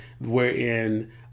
wherein